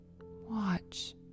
watch